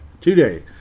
Today